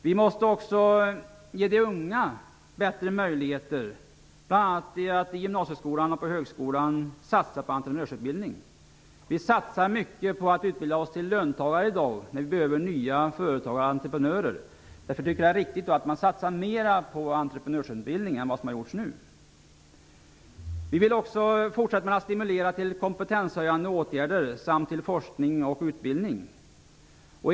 Vi måste också ge de unga bättre möjligheter, bl.a. genom att i gymnasieskolan och på högskolan satsa på entreprenörsutbildning. Vi satsar mycket på att utbilda oss till löntagare i dag när vi behöver nya företagare och entreprenörer. Därför tycker jag att det är viktigt att man satsar mera på entreprenörsutbildning än vad som har gjorts hittills. Vi vill också fortsätta med att stimulera till kompetenshöjande åtgärder samt till forskning och utbildning.